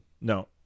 No